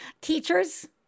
Teachers